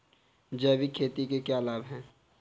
जैविक खेती के क्या लाभ हैं?